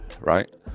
right